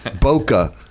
Boca